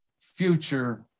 future